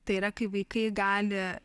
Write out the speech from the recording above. tai yra kai vaikai gali